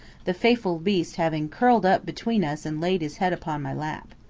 the faithful beast having curled up between us and laid his head upon my lap.